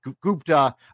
Gupta